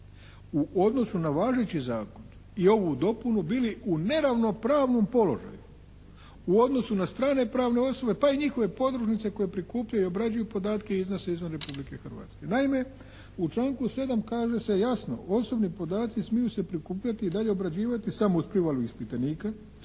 u odnosu na važeći zakon i ovu dopunu bili u neravnopravnom položaju u odnosu na strane pravne osobe pa i njihove podružnice koje prikupljaju i obrađuju podatke i iznose izvan Republike Hrvatske. Naime, u članku 7. kaže se jasno osobni podaci smiju se prikupljati i dalje obrađivati samo uz privolu ispitanika,